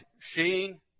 Sheen